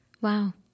Wow